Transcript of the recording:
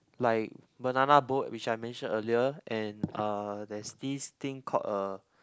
like banana boat which I mentioned earlier and uh there's these things called a